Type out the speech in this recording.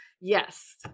yes